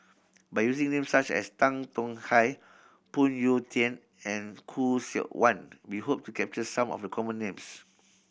by using names such as Tan Tong Hye Phoon Yew Tien and Khoo Seok Wan we hope to capture some of the common names